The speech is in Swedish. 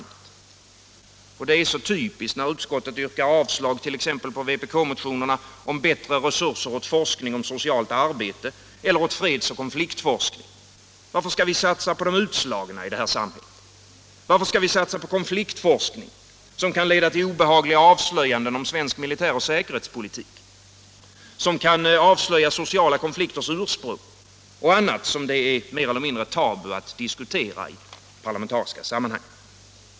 Det är så typiskt när utskottet yrkar avslag på t.ex. vpkmotionerna om bättre resurser åt forskning om socialt arbete eller åt freds och konfliktforskning. Varför skall vi satsa på de utslagna? Varför skall vi satsa på konfliktforskning, som kan leda till obehagliga avslöjanden om svensk militär och säkerhetspolitik, som kan avslöja sociala konflikters ursprung och annat som det är mer eller mindre tabu att diskutera i parlamentariska sammanhang?